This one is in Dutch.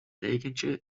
dekentje